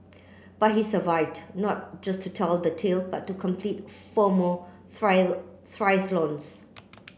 but he survived not just to tell the tale but to complete four more triathlons